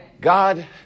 God